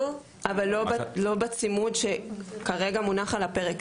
נו- אבל לא בצימוד שכרגע מונח על הפרק,